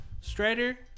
Strider